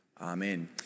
Amen